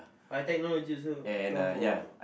I technology also come from a